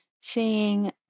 seeing